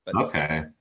Okay